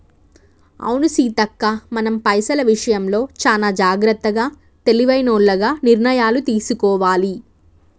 అవును సీతక్క మనం పైసల విషయంలో చానా జాగ్రత్తగా తెలివైనోల్లగ నిర్ణయాలు తీసుకోవాలి